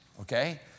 okay